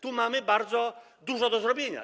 Tu mamy bardzo dużo do zrobienia.